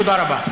תודה רבה.